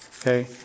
okay